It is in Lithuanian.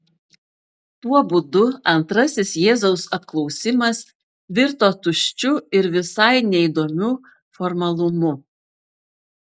tuo būdu antrasis jėzaus apklausimas virto tuščiu ir visai neįdomiu formalumu